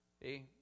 See